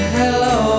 hello